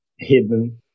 hidden